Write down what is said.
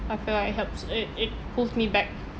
I feel like it helps it it holds me back